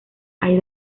hay